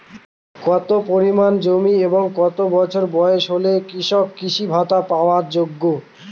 কত পরিমাণ জমি এবং কত বছর বয়স হলে কৃষক কৃষি ভাতা পাওয়ার যোগ্য?